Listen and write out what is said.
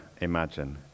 imagine